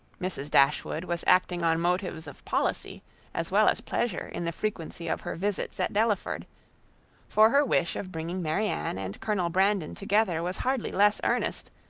mrs. dashwood was acting on motives of policy as well as pleasure in the frequency of her visits at delaford for her wish of bringing marianne and colonel brandon together was hardly less earnest,